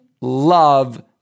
love